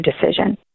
decision